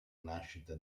nascita